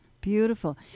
Beautiful